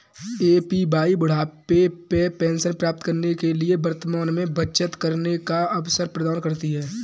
APY बुढ़ापे में pension प्राप्त करने के लिए वर्तमान में बचत करने का अवसर प्रदान करती है